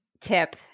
tip